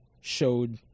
showed